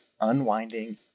Unwinding